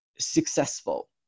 successful